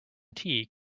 tea